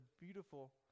beautiful